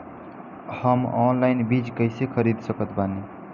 हम ऑनलाइन बीज कइसे खरीद सकत बानी?